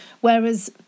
whereas